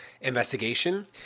investigation